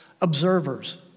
observers